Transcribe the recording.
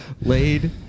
laid